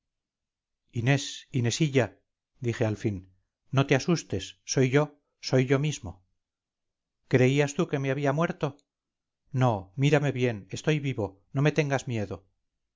inés inesilla dije al fin no te asustes soy yo soy yo mismo creías tú que me había muerto no mírame bien estoy vivo no me tengas miedo